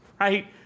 right